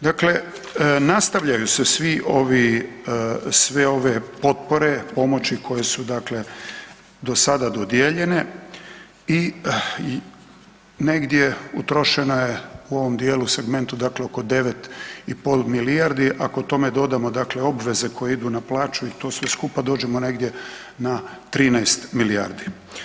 Dakle, nastavljaju se svi ovi, sve ove potpore, pomoći koje su dakle do sada dodijeljene i negdje utrošene u ovom dijelu segmentu dakle oko 9,5 milijardi, ako tome dodamo dakle obveze koje idu na plaću i to sve skupa dođemo negdje na 13 milijardi.